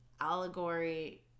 Allegory